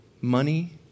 money